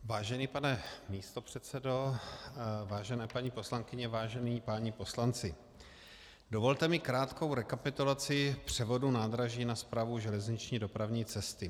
Vážený pane místopředsedo, vážené paní poslankyně, vážení páni poslanci, dovolte mi krátkou rekapitulaci převodu nádraží na Správu železniční dopravní cesty.